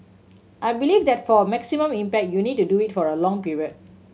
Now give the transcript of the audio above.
I believe that for maximum impact you need to do it over a long period